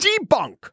debunk